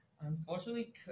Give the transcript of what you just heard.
unfortunately